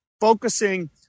focusing